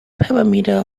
parameter